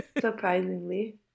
surprisingly